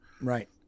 Right